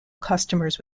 customers